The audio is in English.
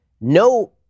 no